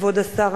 כבוד השר,